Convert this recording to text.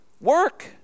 work